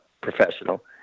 professional